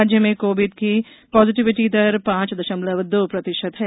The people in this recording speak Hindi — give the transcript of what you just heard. राज्य में कोविड की पॉजिटिविटी दर पांच दशमलव दो प्रतिशत है